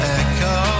echo